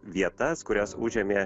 vietas kurias užėmė